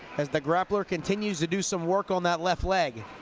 as the grappler continues to do some work on that left leg